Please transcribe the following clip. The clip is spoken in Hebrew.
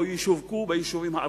או ישווקו ביישובים הערביים,